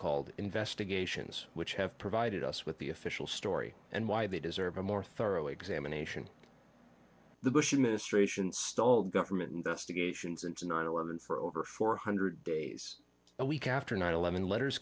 called investigations which have provided us with the official story and why they deserve a more thorough examination the bush administration stole government investigations into nine eleven for over four hundred days a week after nine eleven letters